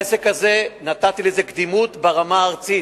נתתי לזה קדימות ברמה הארצית.